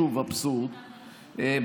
שוב אבסורד,